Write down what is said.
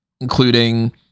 including